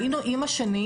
שעם השנים